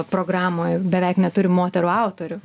programoj beveik neturim moterų autorių